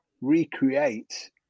recreate